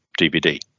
dvd